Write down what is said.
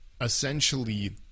essentially